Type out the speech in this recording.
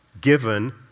given